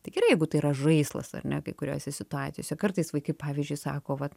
tai gerai jeigu tai yra žaislas ar ne kai kuriose situacijose kartais vaikai pavyzdžiui sako vat